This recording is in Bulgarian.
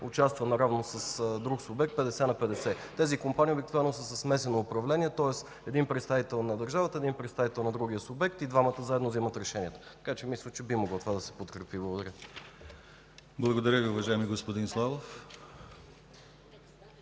участва наравно с друг субект 50 на 50. Тези компании обикновено са със смесено управление, тоест един представител на държавата и един представител на другия субект и двамата заедно вземат решението. Така че мисля, че би могло това да се подкрепи. Благодаря. ПРЕДСЕДАТЕЛ